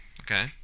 okay